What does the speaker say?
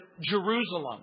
Jerusalem